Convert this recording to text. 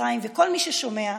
מצרים וכל מי ששומע: